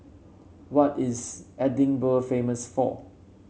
what is Edinburgh famous for